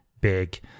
big